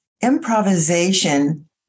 Improvisation